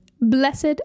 Blessed